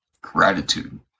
gratitude